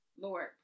Lord